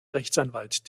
rechtsanwalt